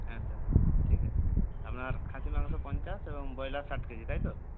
হ্যাঁ স্যার ঠিক আছে আপনার খাসি মাংস পঞ্চাশ এবং ব্রয়লার ষাট কেজি তাই তো